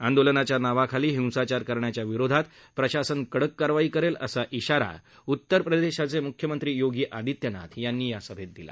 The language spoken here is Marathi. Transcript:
आंदोलनाच्या नावाखाली हिंसाचार करण्याच्या विरोधात प्रशासन कडक कारवाई करेल असा इशाराही उत्तप्रदेशाचे म्ख्यमंत्री योगी आदित्यनाथ यांनी या सभेत दिला